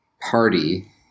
party